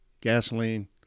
gasoline